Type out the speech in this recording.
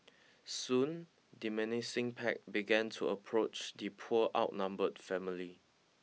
soon the menacing pack began to approach the poor outnumbered family